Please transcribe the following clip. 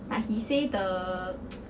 like he say the